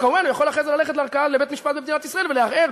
וכמובן הוא יכול ללכת אחרי זה לבית-משפט במדינת ישראל ולערער